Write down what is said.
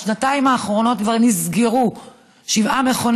בשנתיים האחרונות כבר נסגרו שבעה מכונים